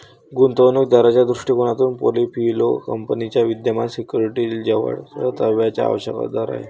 गुंतवणूक दाराच्या दृष्टिकोनातून पोर्टफोलिओ कंपनीच्या विद्यमान सिक्युरिटीजवरील परताव्याचा आवश्यक दर आहे